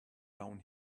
down